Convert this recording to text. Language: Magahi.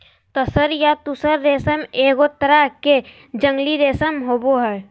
तसर या तुसह रेशम एगो तरह के जंगली रेशम होबो हइ